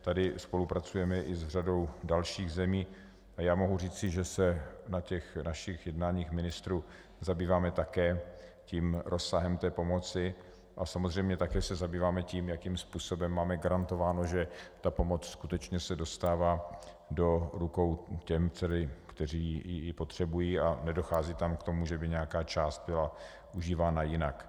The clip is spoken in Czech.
Tady spolupracujeme i s řadou dalších zemí a já mohu říci, že se na našich jednáních ministrů zabýváme také rozsahem pomoci a samozřejmě také se zabýváme tím, jakým způsobem máme garantováno, že se pomoc skutečně dostává do rukou těm, kteří ji potřebují, a nedochází tam k tomu, že by nějaká část byla užívána jinak.